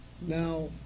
now